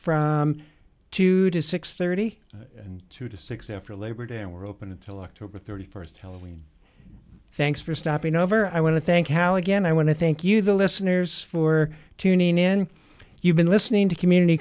from two to six hundred and thirty and two to six after labor day and we're open until october st halloween thanks for stopping over i want to thank how again i want to thank you the listeners for tuning in you've been listening to community